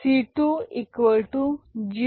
C2 G2 P2C1